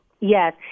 yes